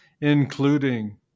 including